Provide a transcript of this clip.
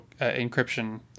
encryption